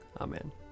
Amen